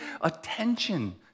attention